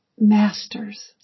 masters